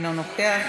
אינו נוכח,